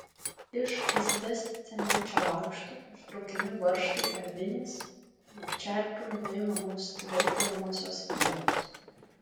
iš asbestcemenčio lakštų ištraukiami varžtai ar vinys nuo čerpių nuimamos tvirtinamosios vielos